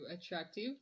attractive